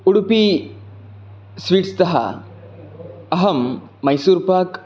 Udupi sweets तः अहं मैसूर्पाक्